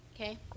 Okay